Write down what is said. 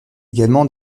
également